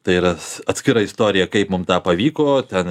tai yra atskira istorija kaip mum tą pavyko ten